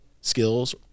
skills